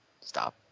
Stop